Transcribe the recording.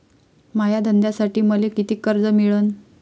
माया धंद्यासाठी मले कितीक कर्ज मिळनं?